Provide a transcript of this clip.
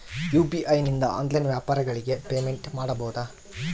UPI ನಿಂದ online ವ್ಯಾಪಾರಗಳಿಗೆ payment ಮಾಡಬಹುದಾ?